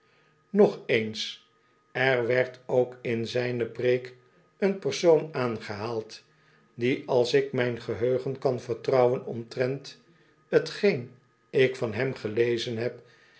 nog eens er werd ook in zijne preek een persoon aangehaald die als ik mijn geheugen kan vertrouwen omtrent t geen ik van hem gelezen heb